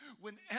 Whenever